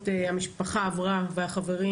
שהמשפחה עברה ועברו החברים,